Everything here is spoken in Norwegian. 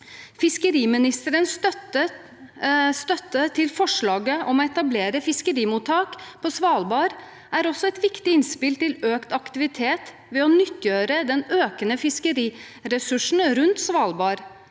Fiskeriministerens støtte til forslaget om å etablere fiskemottak på Svalbard er også et viktig innspill til økt aktivitet ved å nyttiggjøre den økende fiskeriressursen rundt Svalbard.